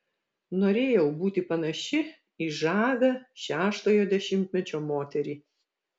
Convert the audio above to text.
norėjau būti panaši į žavią šeštojo dešimtmečio moterį